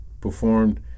performed